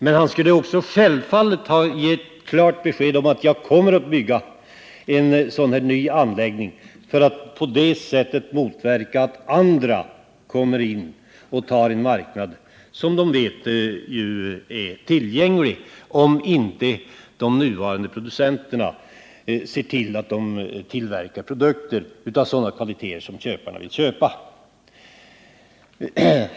Men han skulle självfallet också ha givit klart besked om att han kommer att bygga en ny anläggning, för att på det sättet motverka att andra kommer in och tar en marknad som de vet är tillgänglig, om inte de nuvarande producenterna ser till att de tillverkar sådana kvaliteter som köparna vill ha.